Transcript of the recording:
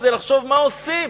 כדי לחשוב מה עושים